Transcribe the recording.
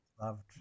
Loved